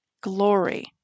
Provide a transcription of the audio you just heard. glory